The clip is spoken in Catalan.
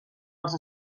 als